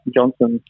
Johnson